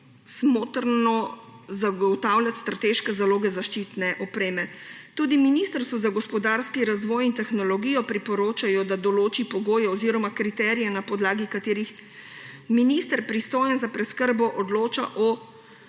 smotrno zagotavljati strateške zaloge zaščitne opreme. Tudi ministrstvu za gospodarski razvoj in tehnologijo priporočajo, da določi pogoje oziroma kriterije, na podlagi katerih minister, pristojen za preskrbo, odloča o